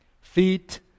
feet